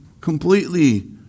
completely